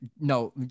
no